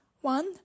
One